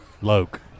Loke